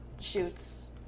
shoots